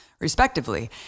respectively